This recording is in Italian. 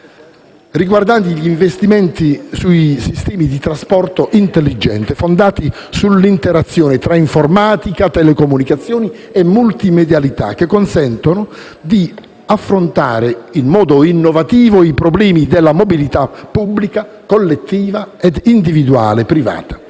riguardanti gli investimenti sui sistemi di trasporto intelligenti, fondati sull'interazione tra informatica, telecomunicazioni e multimedialità, che consentono di affrontare in modo innovativo i problemi della mobilità pubblica, collettiva e privata,